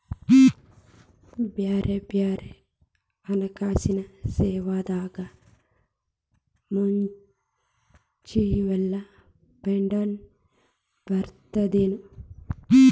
ಬ್ಯಾರೆ ಬ್ಯಾರೆ ಹಣ್ಕಾಸಿನ್ ಸೇವಾದಾಗ ಮ್ಯುಚುವಲ್ ಫಂಡ್ಸ್ ಬರ್ತದೇನು?